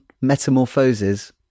metamorphoses